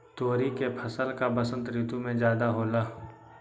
तोरी के फसल का बसंत ऋतु में ज्यादा होला?